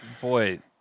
boy